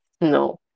No